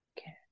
Okay